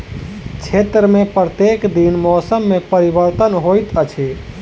क्षेत्र में प्रत्येक दिन मौसम में परिवर्तन होइत अछि